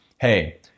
hey